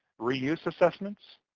reuse assessments,